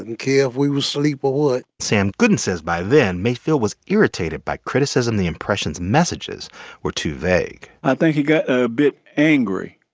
didn't care if we were asleep or what sam gooden says by then, mayfield was irritated by criticism the impressions' messages were too vague i think he got a bit angry.